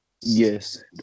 yes